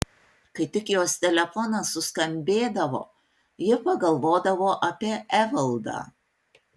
kai tik jos telefonas suskambėdavo ji pagalvodavo apie evaldą